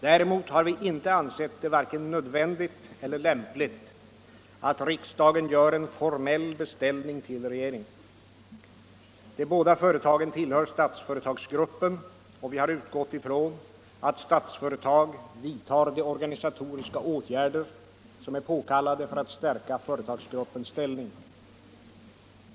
Däremot har vi inte ansett det vare sig nödvändigt eller lämpligt att riksdagen gör en formell beställning till regeringen. De båda företagen tillhör Statsföretagsgruppen, och vi har utgått ifrån att Statsföretag vidtar de organisatoriska åtgärder som är påkallade för att stärka företagsgruppens ställning.